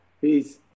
Peace